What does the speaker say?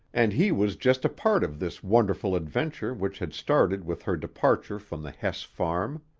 and he was just a part of this wonderful adventure which had started with her departure from the hess farm.